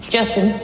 Justin